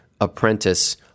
apprentice